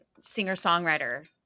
singer-songwriter